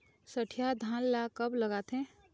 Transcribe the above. सठिया धान ला कब लगाथें?